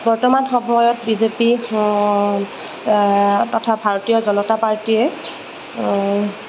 বৰ্তমান সময়ত B J P তথা ভাৰতীয় জনতা পাৰ্টীয়ে